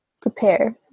prepare